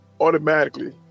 automatically